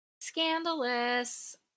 Scandalous